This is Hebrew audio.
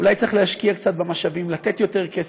אולי צריך להשקיע קצת במשאבים: לתת יותר כסף,